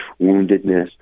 woundedness